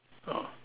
ah